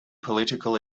political